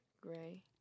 Gray